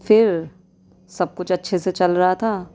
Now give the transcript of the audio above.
پھر سب کچھ اچھے سے چل رہا تھا